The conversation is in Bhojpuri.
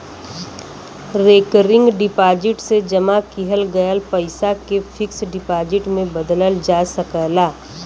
रेकरिंग डिपाजिट से जमा किहल गयल पइसा के फिक्स डिपाजिट में बदलल जा सकला